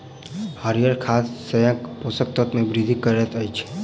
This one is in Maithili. हरीयर खाद शस्यक पोषक तत्व मे वृद्धि करैत अछि